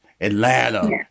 Atlanta